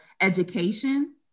education